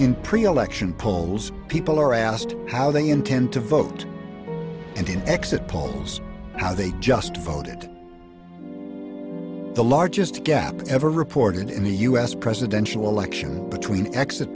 in pre election polls people are asked how they intend to vote and in exit polls how they just voted the largest gap ever reported in the u s presidential election between exit